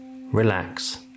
relax